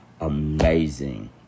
amazing